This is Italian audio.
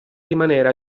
rimanere